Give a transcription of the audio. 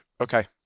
Okay